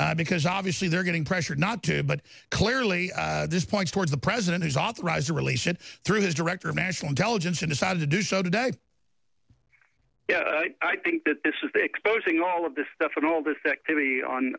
it because obviously they're getting pressured not to but clearly this points toward the president has authorized the release and through his director of national intelligence and decided to do so today i think that this is the exposing all of this stuff and all this activity on